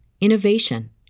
innovation